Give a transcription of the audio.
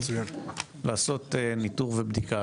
לעשות ניטור ובדיקה,